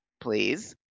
please